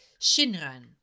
Shinran